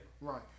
Right